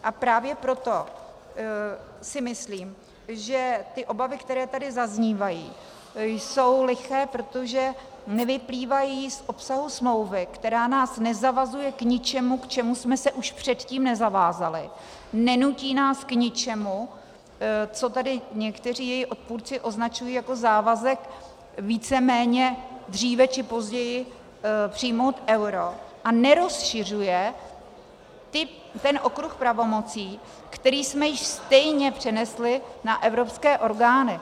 A právě proto si myslím, že ty obavy, které tady zaznívají, jsou liché, protože nevyplývají z obsahu smlouvy, která nás nezavazuje k ničemu, k čemu jsme se už předtím nezavázali, nenutí nás k ničemu, co tady někteří její odpůrci označují jako závazek víceméně dříve či později přijmout euro, a nerozšiřuje ten okruh pravomocí, který jsme již stejně přenesli na evropské orgány...